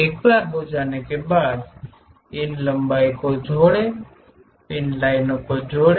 एक बार हो जाने के बाद इन लाइनों को जुड़ें